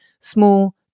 small